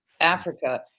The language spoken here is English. Africa